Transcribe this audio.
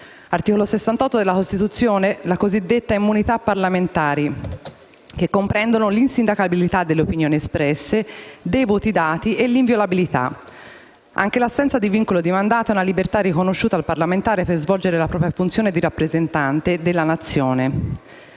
dell'articolo 68 della Costituzione. Mi riferisco alle cosiddette immunità parlamentari, che comprendono l'insindacabilità delle opinioni espresse e dei voti dati e l'inviolabilità. Anche l'assenza di vincolo di mandato è una libertà riconosciuta al parlamentare per svolgere la propria funzione di rappresentante della Nazione.